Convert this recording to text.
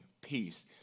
peace